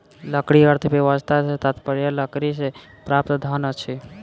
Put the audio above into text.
लकड़ी अर्थव्यवस्था सॅ तात्पर्य लकड़ीसँ प्राप्त धन अछि